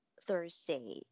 Thursday